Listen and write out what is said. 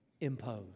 imposed